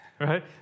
right